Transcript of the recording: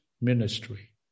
ministry